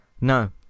No